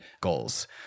goals